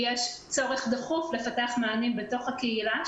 יש צורך דחוף לפתח מענים בתוך הקהילה,